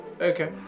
Okay